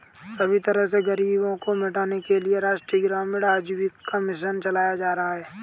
सभी तरह से गरीबी को मिटाने के लिये राष्ट्रीय ग्रामीण आजीविका मिशन चलाया जा रहा है